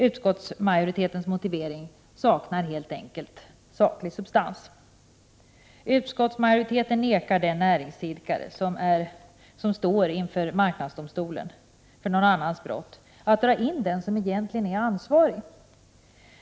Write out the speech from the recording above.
Utskottsmajoritetens motivering saknar helt enkelt saklig substans. Utskottsmajoriteten nekar den näringsidkare som står inför marknadsdomstolen för någon annans brott att dra in den som egentligen är ansvarig i processen.